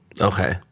Okay